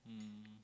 mm